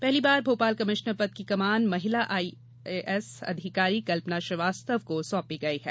पहली बार भोपाल कमिश्नर पद की कमान महिला आईएसएस अधिकारी कल्पना श्रीवास्तव को सौंपी गई है